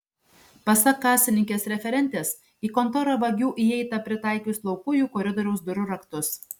pasak kasininkės referentės į kontorą vagių įeita pritaikius laukujų koridoriaus durų raktus